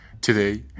Today